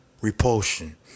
repulsion